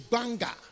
Banga